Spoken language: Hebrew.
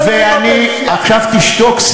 עכשיו תשתוק,